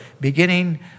beginning